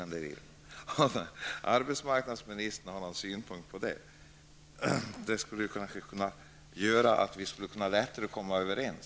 Jag undrar om arbetsmarknadsministern har någon synpunkt på detta. Det skulle kanske kunna göra att vi kommer lättare överens.